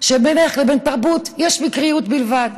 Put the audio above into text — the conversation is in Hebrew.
שבינך לבין תרבות יש מקריות בלבד.